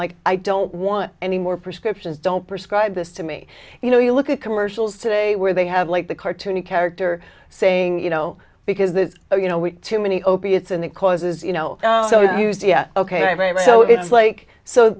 like i don't want any more prescriptions don't prescribe this to me you know you look at commercials today where they have like the cartoon character saying you know because the you know we too many opiates and it causes you know so used ok so it's like so